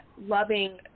loving